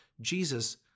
Jesus